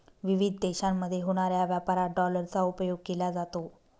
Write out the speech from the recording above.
विविध देशांमध्ये होणाऱ्या व्यापारात डॉलरचा उपयोग केला जातो